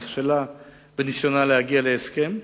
נכשלה בניסיונה להגיע להסכם,